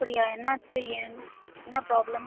அப்படியா என்னாச்சு ஏன் என்ன ப்ராப்ளம்